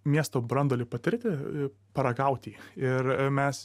miesto branduolį patirti paragauti jį ir mes